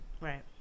Right